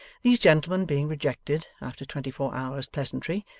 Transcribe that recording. these gentlemen being rejected after twenty-four hours' pleasantry,